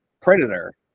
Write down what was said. Predator